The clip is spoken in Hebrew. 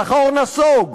השכר נסוג.